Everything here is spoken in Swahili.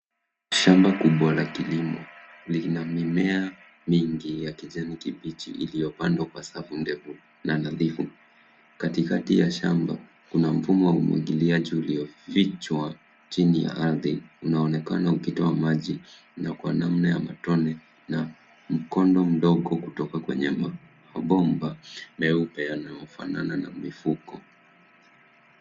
Shamba kubwa la kilimo lina mimea mingi ya kijani kibichi illiyopandwa kwa safu ndefu na nadhifu. Katikati ya shamba kuna mfumo wa umwagiliaji uliofichwa chini ya ardhi unaonekana ukitoa maji na kwa namna ya matone na mkondo mdogo kutoka kwa nyama mgomba nyeupe yanayofanana na mifuko.